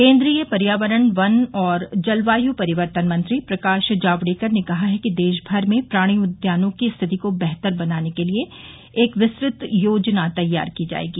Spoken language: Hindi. केन्द्रीय पर्यावरण वन और जलवायू परिवर्तन मंत्री प्रकाश जावड़ेकर ने कहा है कि देशभर में प्राणि उद्यानों की स्थिति को बेहतर बनाने के लिए एक विस्तृत योजना तैयार की जाएगी